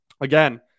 again